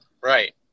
right